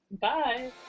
Bye